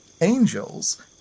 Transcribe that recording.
angels